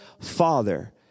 father